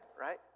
right